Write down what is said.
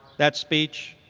that speech.